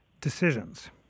decisions